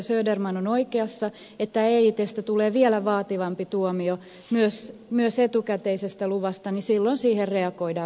söderman on oikeassa että eitstä tulee vielä vaativampi tuomio myös etukäteisestä luvasta niin silloin siihen reagoidaan välittömästi